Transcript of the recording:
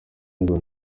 ngo